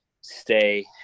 stay –